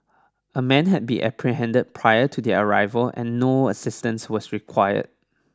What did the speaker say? a man had been apprehended prior to their arrival and no assistance was required